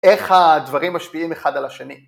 איך הדברים משפיעים אחד על השני.